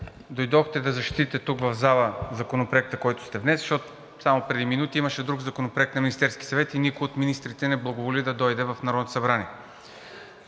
дойдохте да защитите тук в залата Законопроекта, който сте внесли, защото само преди минути имаше друг законопроект на Министерския съвет и никой от министрите не благоволи да дойде в Народното събрание.